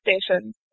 station